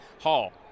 Hall